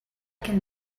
can